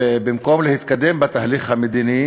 ובמקום להתקדם בתהליך המדיני